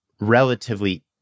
relatively